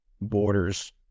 borders